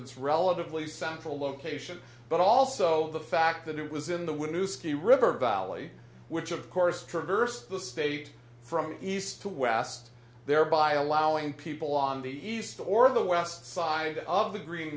its relatively central location but also the fact that it was in the wind to ski river valley which of course traverse the state from east to west thereby allowing people on the east or the west side of the green